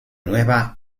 nueva